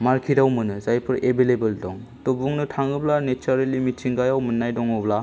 मार्केटआव मोनो जायफोर एभैलेबोल दं थ' बुंनो थाङोब्ला नेचारेलि मिथिंगायाव मोननाय दङब्ला